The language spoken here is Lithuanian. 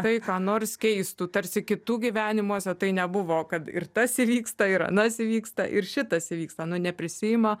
tai ką nors keistų tarsi kitų gyvenimuose tai nebuvo kad ir tas įvyksta ir anas įvyksta ir šitas įvyksta nu neprisiima